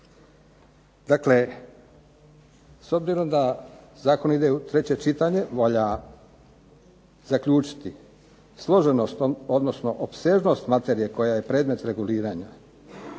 Dakle, s obzirom da zakon ide u treće čitanje, valja zaključiti, složenost odnosno opsežnost materije koja je predmet reguliranja